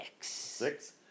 Six